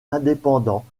indépendant